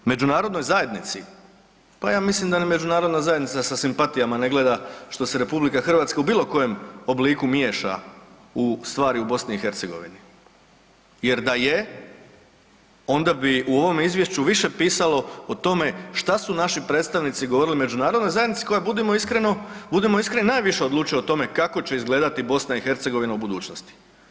Međunarodnoj zajednici, pa ja mislim da ni međunarodna zajednica sa simpatijama ne gleda što se RH u bilo kojem obliku miješa u stvari u BiH jer da je onda bi u ovome izvješću više pisalo o tome šta su naši predstavnici govorili međunarodnoj zajednici koja je budimo iskreno, budimo iskreni najviše odlučuje o tome kako će izgledati BiH u budućnosti.